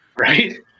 right